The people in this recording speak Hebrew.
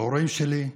ההורים שלי,